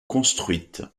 construite